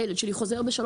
הילד שלי חוזר הביתה בשעה